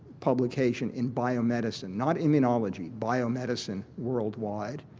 publication in biomedicine, not immunology, biomedicine world wide.